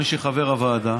מי שחבר בוועדה,